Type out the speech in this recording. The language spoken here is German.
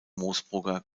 moosbrugger